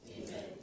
Amen